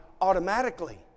automatically